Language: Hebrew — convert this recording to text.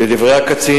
לדברי הקצין,